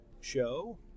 show